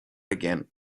again